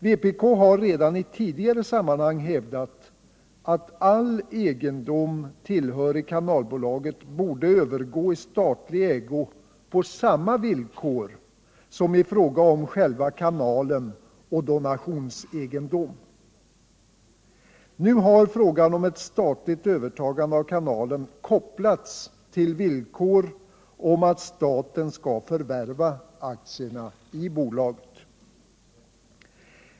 Vpk har redan i tidigare sammanhang hävdat att all egendom tillhörig kanalbolaget borde övergå i statlig ägo på samma villkor som i fråga om själva kanalen och donationsegendomen. Nu har frågan om ett statligt övertagande av kanalen kopplats till villkoret att staten skall förvärva aktierna i bolaget.